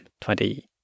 twenty